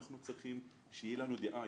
יש לנו דעה,